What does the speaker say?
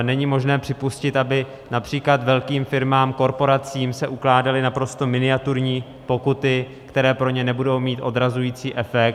Není možné připustit, aby například velkým firmám, korporacím se ukládaly naprosto miniaturní pokuty, které pro ně nebudou mít odrazující efekt.